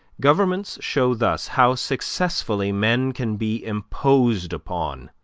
governments show thus how successfully men can be imposed upon,